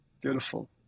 Beautiful